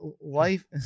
life